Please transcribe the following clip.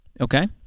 Okay